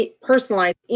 personalized